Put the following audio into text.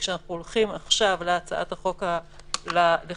כשאנחנו הולכים עכשיו לחוק המסגרת,